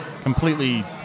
completely